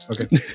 Okay